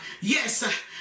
Yes